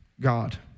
God